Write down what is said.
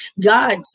God